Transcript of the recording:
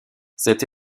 cette